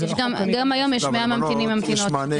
גם היום יש 100 ממתינים וממתינות,